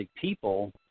people